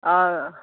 आं